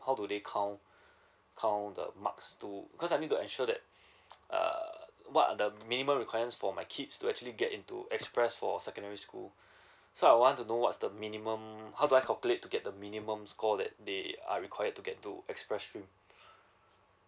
how do they count count the marks to because I need to ensure that err what are the minimum requirement for my kids to actually get into express for secondary school so I want to know what's the minimum how do I calculate to get the minimum score that they are required to get to express stream